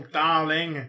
darling